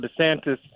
DeSantis